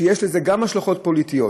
שיש לזה גם השלכות פוליטיות,